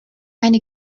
eine